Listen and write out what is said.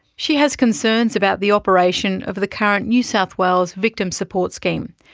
she has concerns about the operation of the current new south wales victim support scheme,